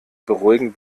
beruhigen